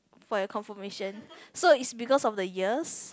for your confirmation so is because of the years